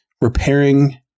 repairing